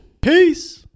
peace